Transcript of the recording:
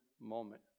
moment